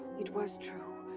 it was true.